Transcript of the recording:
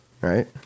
Right